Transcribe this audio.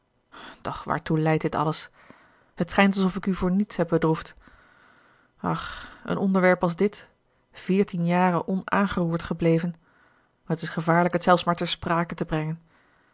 doch waartoe leidt dit alles het schijnt alsof ik u voor niets heb bedroefd ach een onderwerp als dit veertien jaren onaangeroerd gebleven het is gevaarlijk het zelfs maar ter sprake te brengen